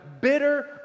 bitter